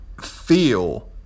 Feel